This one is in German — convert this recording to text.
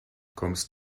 kommst